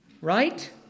right